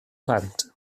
plant